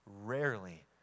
rarely